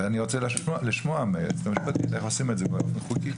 אני רוצה לשמוע מהיועצת המשפטית איך עושים את זה באופן חוקי.